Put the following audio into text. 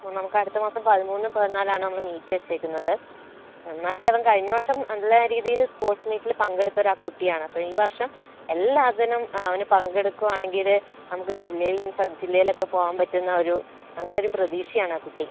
അപ്പോൾ നമുക്ക് അടുത്ത മാസം പതിമൂന്ന് പതിനാലാണ് നമ്മൾ മീറ്റ് വച്ചിരിക്കുന്നത് നന്നായിട്ടവൻ കഴിഞ്ഞ വർഷം നല്ല രീതിയിൽ സ്പോർട്സ് മീറ്റിൽ പങ്കെടുത്തൊരാ കുട്ടിയാണ് അപ്പോൾ ഈ വർഷം എല്ലാത്തിനും അവൻ പങ്കെടുക്കുകയാണെങ്കിൽ നമുക്ക് ജില്ലയില്ലും സബ് ജില്ലയിലൊക്കെ പോകുവാൻ പറ്റുന്ന ഒരു ഞങ്ങളുടെ ഒരു പ്രതീക്ഷയാണ് ആ കുട്ടി